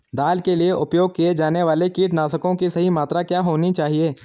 दाल के लिए उपयोग किए जाने वाले कीटनाशकों की सही मात्रा क्या होनी चाहिए?